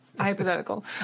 hypothetical